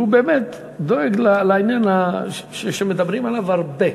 שהוא באמת דואג לעניין שמדברים עליו הרבה,